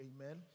Amen